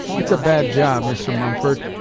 it's a bad job, mr. mumford.